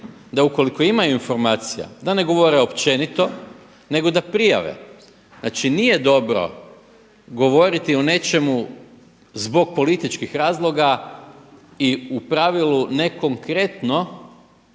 da ukoliko imaju informacija da ne govore općenito, nego da prijave. Znači, nije dobro govoriti o nečemu zbog političkih razloga i u pravilu nekonkretno